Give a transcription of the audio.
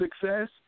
success